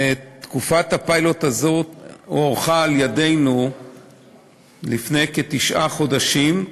תקופת הפיילוט הזאת הוארכה על-ידינו לפני כתשעה חודשים,